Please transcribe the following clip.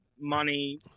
money